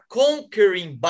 conquering